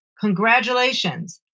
congratulations